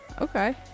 okay